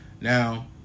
Now